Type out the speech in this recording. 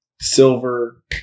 Silver